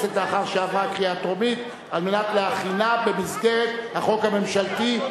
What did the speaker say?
לאחר שעברה בקריאה טרומית על מנת להכינה במסגרת החוק הממשלתי,